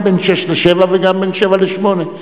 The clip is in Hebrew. גם בין 06:00 ל-07:00 וגם בין 07:00 ל-08:00.